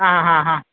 അ ഹാ ഹാ